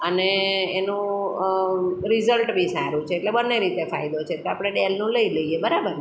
અને એનું રિઝલ્ટ બી સારું છે એટલે બંને રીતે ફાયદો છે એટલે આપણે ડેલનું લઈ લઈએ બરાબર ને